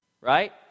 right